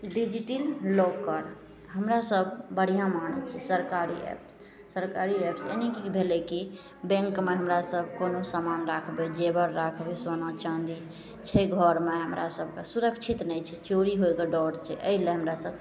डिजिटिन्ग locker हमरासभ बढ़िआँ मानै छी सरकारी एप सरकारी एप ई भेलै की बैँकमे हमरासभ कोनो समान राखबै जेवर राखबै सोना चाँदी छै घरमे हमरासभके सुरक्षित नहि छै चोरी होइके डर छै एहिलए हमरासभ